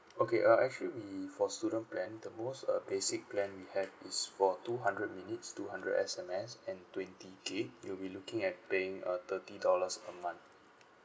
okay uh actually we for student plan the most uh basic plan we have is for two hundred minutes two hundred S_M_S and twenty gig you'll be looking at paying uh thirty dollars a month